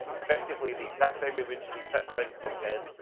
effectively the exact same, eventually exact same content,